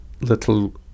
little